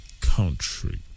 country